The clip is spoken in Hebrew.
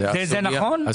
נכון?